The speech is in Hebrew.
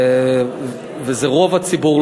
וזה רוב הציבור,